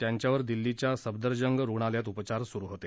त्यांच्यावर दिल्लीच्या सफदरजंग रुग्णालयात उपचार सुरु होते